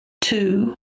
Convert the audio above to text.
two